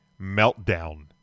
meltdown